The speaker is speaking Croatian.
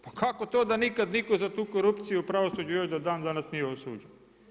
Pa kako to da nikad nitko za tu korupciju u pravosuđu još do dandanas nije osuđen?